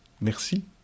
Merci